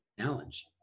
Challenge